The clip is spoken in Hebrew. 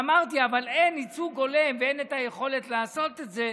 ואמרתי: אבל אין ייצוג הולם ואין את היכולת לעשות את זה,